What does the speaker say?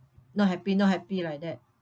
not happy not happy like that